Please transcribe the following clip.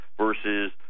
versus